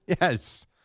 Yes